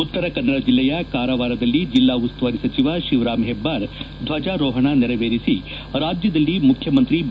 ಉತ್ತರ ಕನ್ನಡ ಜಿಲ್ಲೆಯ ಕಾರವಾರದಲ್ಲಿ ಜಿಲ್ಲಾ ಉಸ್ತುವಾರಿ ಸಚಿವ ಶಿವರಾಂ ಹೆಬ್ಬಾರ್ ದ್ವಜಾರೋಹಣವನ್ನು ನೆರವೇರಿಸಿ ರಾಜ್ಯದಲ್ಲಿ ಮುಖ್ಯಮಂತ್ರಿ ಬಿ